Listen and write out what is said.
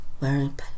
wearing